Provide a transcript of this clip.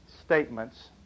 statements